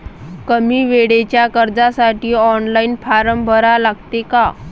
कमी वेळेच्या कर्जासाठी ऑनलाईन फारम भरा लागते का?